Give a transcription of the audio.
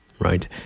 right